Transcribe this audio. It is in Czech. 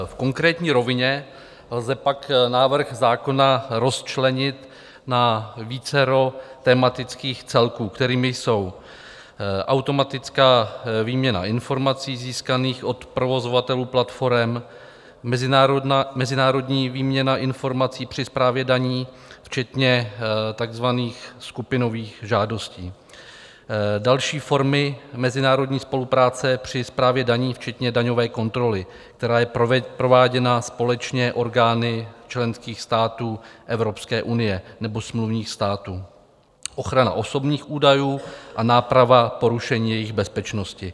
V konkrétní rovině lze pak návrh zákona rozčlenit na vícero tematických celků, kterými jsou: automatická výměna informací získaných od provozovatelů platforem, mezinárodní výměna informací při správě daní včetně takzvaných skupinových žádostí, další formy mezinárodní spolupráce při správě daní včetně daňové kontroly, která je prováděna společně orgány členských států Evropské unie nebo smluvních států, ochrana osobních údajů a náprava porušení jejich bezpečnosti.